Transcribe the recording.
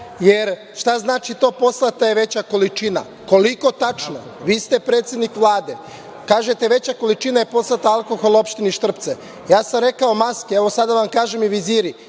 jer šta znači to poslata je veća količina? Koliko tačno? Vi ste predsednik Vlade. Kažete veća količina je poslata alkohola opštini Štrpce. Ja sam rekao, maske, evo sada vam kažem i viziri.